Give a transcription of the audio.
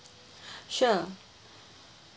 sure